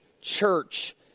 church